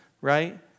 right